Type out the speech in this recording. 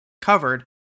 covered